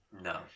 No